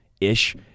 ish